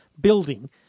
building